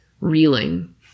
reeling